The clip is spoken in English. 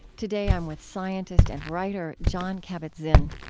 today i'm with scientist and writer jon kabat-zinn.